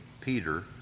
Peter